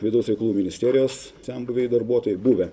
vidaus reikalų ministerijos senbuviai darbuotojai buvę